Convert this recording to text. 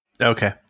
Okay